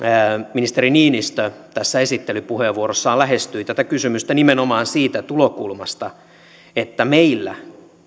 ministeri niinistö tässä esittelypuheenvuorossaan lähestyi tätä kysymystä nimenomaan siitä tulokulmasta että meillä